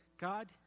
God